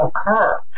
occur